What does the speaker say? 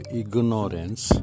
ignorance